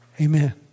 Amen